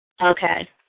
Okay